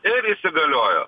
ir įsigaliojo